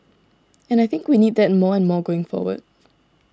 and I think we need that more and more going forward